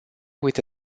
with